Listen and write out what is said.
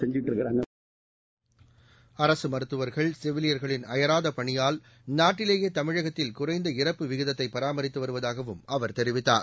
seconds அரசு மருத்துவர்கள் செவிலியர்களின் அயராத பணியால் நாட்டிலேயே தமிழகத்தில் குறைந்த இறப்பு விகிதத்தை பராமரித்து வருவதாகவும் அவர் தெரிவித்தார்